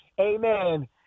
Amen